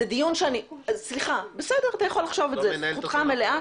זכותך לחשוב כך.